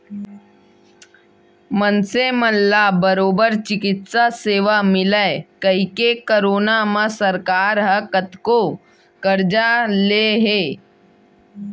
मनसे मन ला बरोबर चिकित्सा सेवा मिलय कहिके करोना म सरकार ह कतको करजा ले हे